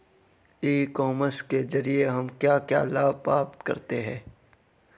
ई commerce के ज़रिए हमें क्या क्या लाभ प्राप्त होता है?